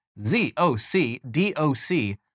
Z-O-C-D-O-C